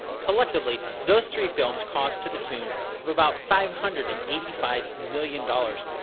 collectively, those three films cost to the tune of about five hundred and eighty five million dollars